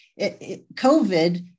COVID